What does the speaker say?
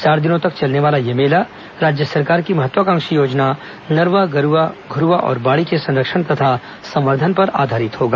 चार दिनों तक चलने वाला यह मेला राज्य सरकार की महत्वाकांक्षी योजना नरवा गरुवा घुरवा और बाड़ी के संरक्षण तथा संवर्धन पर आधारित होगा